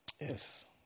Yes